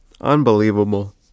unbelievable